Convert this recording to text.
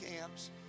camps